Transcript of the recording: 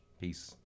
Peace